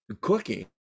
cooking